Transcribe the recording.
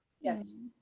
Yes